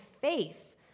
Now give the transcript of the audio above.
faith